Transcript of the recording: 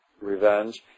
revenge